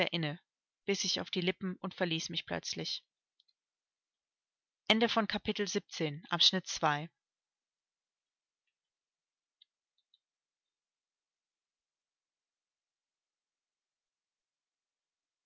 biß sich auf die lippen und verließ mich plötzlich